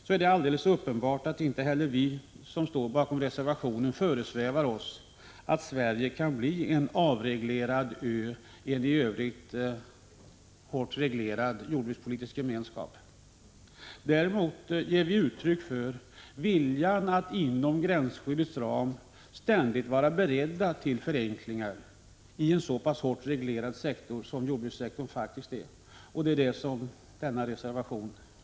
Det är alldeles uppenbart att det inte heller föresvävar oss som står bakom reservationen att Sverige kan bli en avreglerad ö i en i övrigt hårt reglerad jordbrukspolitisk gemenskap. Däremot ger vi uttryck för viljan att inom gränsskyddets ram ständigt vara beredda till förenklingar i en så pass hårt reglerad sektor som jordbrukssektorn faktiskt är. Det är också det som framhålls i denna reservation.